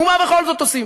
ומה בכל זאת עושים?